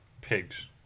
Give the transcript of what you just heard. Pigs